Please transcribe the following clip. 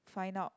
find out